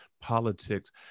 politics